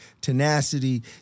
tenacity